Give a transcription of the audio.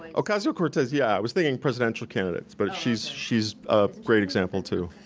ah ocasio-cortez yeah, i was thinking presidential candidates, but she's she's a great example too.